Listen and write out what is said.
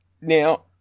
Now